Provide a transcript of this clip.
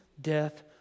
death